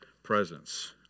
presence